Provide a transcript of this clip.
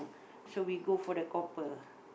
so we go for the copper